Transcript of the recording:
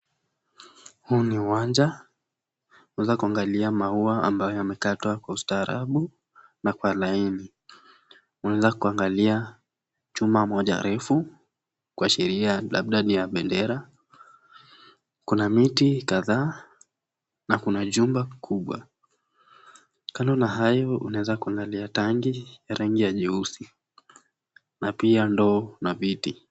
Huo ni uwanja. Unaweza kuangalia maua ambayo yamekatwa kwa ustaarabu na kwa laini. Unaweza kuangalia chuma moja refu kuashiria labda ni ya bendera. Kuna miti kadhaa na kuna jumba kubwa. Kando na hayo unaweza kuangalia tangi ya rangi ya nyeusi. Na pia ndoo na viti.